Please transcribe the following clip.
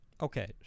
Okay